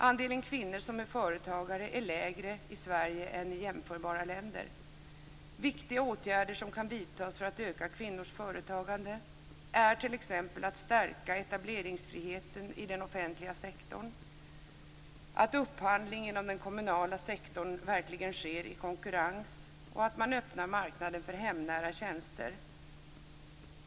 Andelen kvinnor som är företagare är lägre i Sverige än i jämförbara länder. Viktiga åtgärder som kan vidtas för att öka kvinnors företagande är t.ex. att stärka etableringsfriheten i den offentliga sektorn, att upphandling inom den kommunala sektorn verkligen sker i konkurrens och att öppna marknaden för hemnära tjänster.